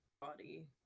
body